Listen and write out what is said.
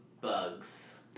bugs